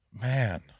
Man